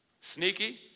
sneaky